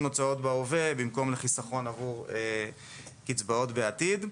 הוצאות בהווה במקום לחיסכון עבור קצבאות בעתיד.